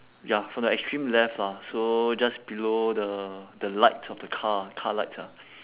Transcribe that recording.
ya from the extreme left lah so just below the the lights of the car car lights ah